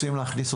במקרה הזה,